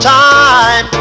time